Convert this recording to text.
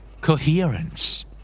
Coherence